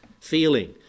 feeling